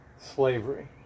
slavery